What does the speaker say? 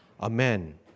Amen